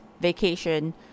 vacation